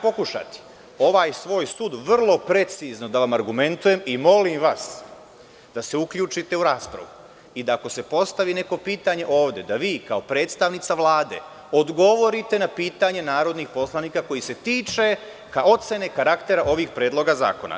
Pokušaću ovaj svoj sud vrlo precizno da vam argumentujem i molim vas da se uključite u raspravu i da ako se postavi neko pitanje ovde da vi kao predstavnica Vlade odgovorite na pitanje narodnih poslanika, koje se tiče kao ocene karaktera ovih predloga zakona.